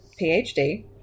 PhD